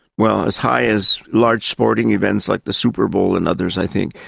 well, as high as large sporting events like the super bowl and others i think,